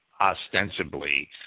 ostensibly